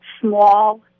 small